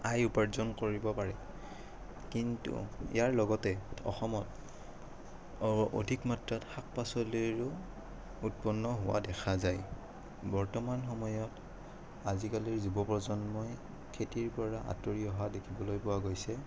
আয় উপাৰ্জন কৰিব পাৰে কিন্তু ইয়াৰ লগতে অসমত অধিক মাত্ৰাত শাক পাচলিৰো উৎপন্ন হোৱা দেখা যায় বৰ্তমান সময়ত আজিকালিৰ যুৱ প্ৰজন্মই খেতিৰ পৰা আঁতৰি অহা দেখিবলৈ পোৱা গৈছে